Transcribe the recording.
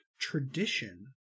tradition